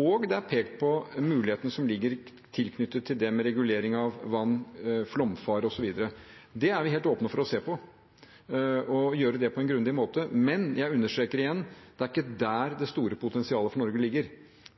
og det er pekt på muligheten som ligger knyttet til det med regulering av vann, flomfare osv. Det er vi helt åpne for å se på, og gjøre det på en grundig måte. Men jeg understreker igjen: Det er ikke der det store potensialet for Norge ligger.